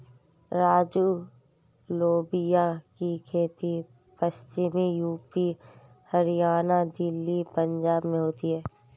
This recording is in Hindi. राजू लोबिया की खेती पश्चिमी यूपी, हरियाणा, दिल्ली, पंजाब में होती है